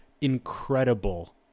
incredible